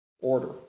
order